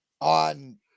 on